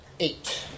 Eight